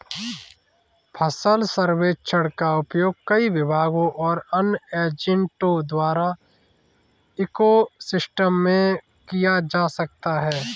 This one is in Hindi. फसल सर्वेक्षण का उपयोग कई विभागों और अन्य एजेंटों द्वारा इको सिस्टम में किया जा सकता है